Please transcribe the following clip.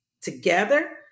together